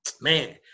Man